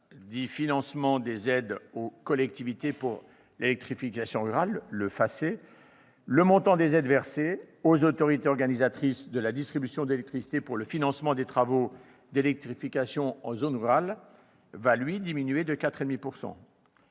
« Financement des aides aux collectivités pour l'électrification rurale », dit aussi FACE, le montant des aides versées aux autorités organisatrices de la distribution d'électricité pour le financement des travaux d'électrification en zone rurale diminuera de 4,5